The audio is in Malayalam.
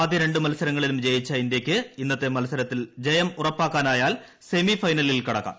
ആദ്യ രണ്ട് മത്സരങ്ങളിലും ജയിച്ച ഇന്ത്യയ്ക്ക് ഇന്നത്തെ മത്സരത്തിൽ ജയം ഉറപ്പാക്കാനായാൽ സെമി ഫൈനലിൽ കടക്കാം